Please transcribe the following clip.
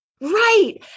Right